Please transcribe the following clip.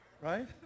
Right